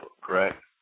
correct